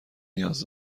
نیاز